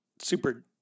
super